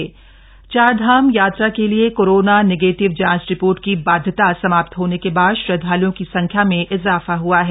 चारधाम यात्रा चारधाम यात्रा के लिए कोरोना निगेटिव जांच रिपोर्ट की बाध्यता समाप्त होने के बाद श्रद्धालुओं की संख्या में इजाफा हुआ है